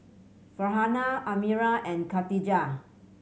Farhanah Amirah and Katijah